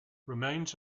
remains